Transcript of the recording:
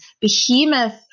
behemoth